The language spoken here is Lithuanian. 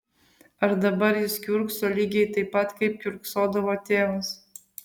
ar dabar jis kiurkso lygiai taip pat kaip kiurksodavo tėvas